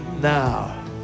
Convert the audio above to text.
Now